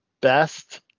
best